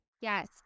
Yes